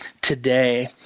today